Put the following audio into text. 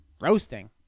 Roasting